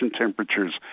temperatures